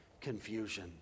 confusion